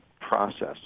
process